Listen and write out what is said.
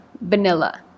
vanilla